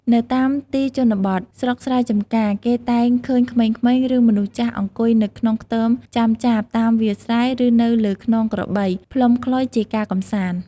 នៅតាមទីជនបទ ស្រុកស្រែចម្ការ គេតែងឃើញក្មេងៗ ឬមនុស្សចាស់ អង្គុយនៅក្នុងខ្ទមចាំចាបតាមវាលស្រែ ឬនៅលើខ្នងក្របី ផ្លុំខ្លុយជាការកម្សាន្ត។